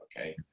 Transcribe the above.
Okay